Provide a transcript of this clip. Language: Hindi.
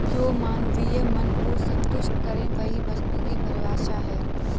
जो मानवीय मन को सन्तुष्ट करे वही वस्तु की परिभाषा है